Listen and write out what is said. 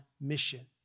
mission